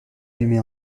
allumer